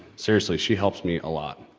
seriously, she helps me a lot.